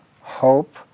hope